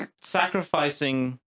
sacrificing